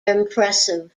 impressive